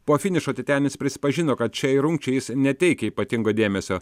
po finišo titenis prisipažino kad šiai rungčiai jis neteikia ypatingo dėmesio